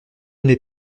n’ai